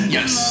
Yes